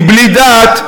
מבלי דעת,